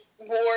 war